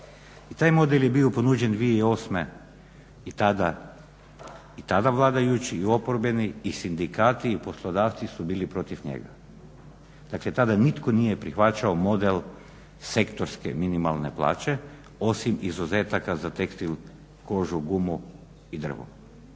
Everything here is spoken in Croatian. Taj model je bio ponuđen 2008. i tada vladajući i oporbeni i sindikati i poslodavci su bili protiv njega, dakle tada nitko nije prihvaćao model sektorske minimalne plaće osim izuzetaka za tekstil, kožu, gumu i drvo.